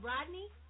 Rodney